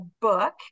book